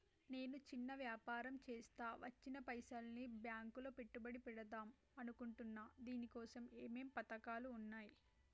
నేను చిన్న వ్యాపారం చేస్తా వచ్చిన పైసల్ని బ్యాంకులో పెట్టుబడి పెడదాం అనుకుంటున్నా దీనికోసం ఏమేం పథకాలు ఉన్నాయ్?